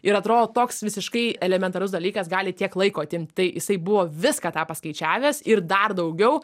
ir atrodo toks visiškai elementarus dalykas gali tiek laiko atimt tai jisai buvo viską tą paskaičiavęs ir dar daugiau